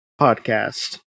podcast